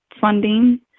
funding